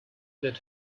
that